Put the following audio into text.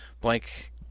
blank